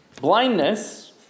blindness